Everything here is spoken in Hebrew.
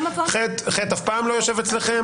אבל חטא אף פעם לא יושב אצלכם.